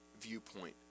viewpoint